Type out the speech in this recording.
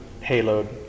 payload